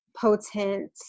potent